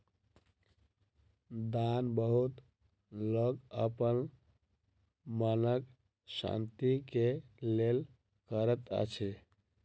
दान बहुत लोक अपन मनक शान्ति के लेल करैत अछि